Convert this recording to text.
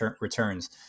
returns